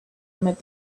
met